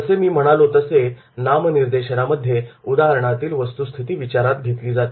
जसे मी म्हणालो तसे नामनिर्देशनामध्ये उदाहरणातील वस्तुस्थिती विचारात घेतली जाते